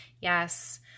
Yes